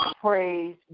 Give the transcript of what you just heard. praise